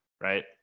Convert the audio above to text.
right